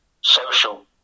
social